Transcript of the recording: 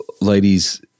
ladies